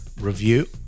review